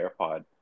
AirPod